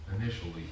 initially